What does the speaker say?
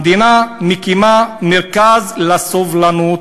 המדינה מקימה מרכז לסובלנות.